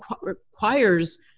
requires